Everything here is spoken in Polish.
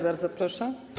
Bardzo proszę.